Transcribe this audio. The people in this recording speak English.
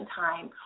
time